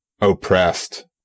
oppressed